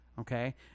Okay